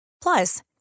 Plus